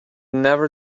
never